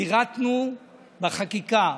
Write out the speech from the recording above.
פירטנו בחקיקה